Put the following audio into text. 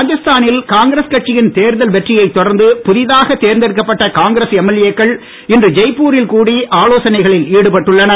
ராஜஸ்தானில் காங்கிரஸ் கட்சியின் தேர்தல் வெற்றியை தொடர்ந்து புதிதாக தேர்ந்தெடுக்கப்பட்ட காங்கிரஸ் எம்எல்ஏக்கள் இன்று ஜெய்ப்பூரில் கூடி ஆலோசனைகளில் ஈடுபட்டுள்ளனர்